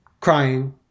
crying